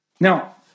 Now